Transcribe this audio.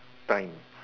time